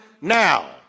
now